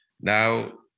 Now